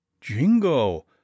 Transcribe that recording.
jingo